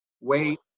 wait